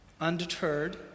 Undeterred